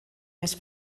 més